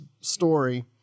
story